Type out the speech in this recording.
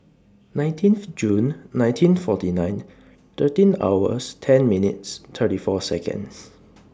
nineteenth June nineteen forty nine thirteen hours ten minutes thirty four Seconds